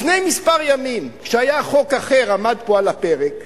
לפני כמה ימים, כשחוק אחר עמד פה על הפרק,